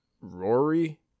Rory